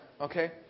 okay